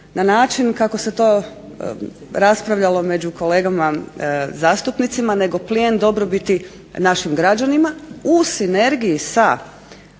na način kako se to raspravljalo među kolegama zastupnicima nego plijen dobrobiti našim građanima u sinergiji sa,